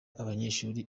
abanyeshuri